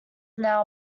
now